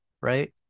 right